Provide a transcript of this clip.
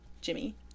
jimmy